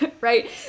right